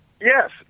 Yes